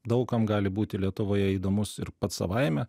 daug kam gali būti lietuvoje įdomus ir pats savaime